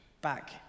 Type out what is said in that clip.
back